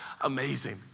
amazing